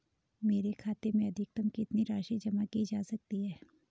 मेरे खाते में अधिकतम कितनी राशि जमा की जा सकती है?